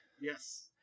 Yes